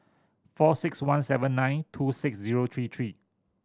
four six one seven nine two six zero three three